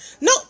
No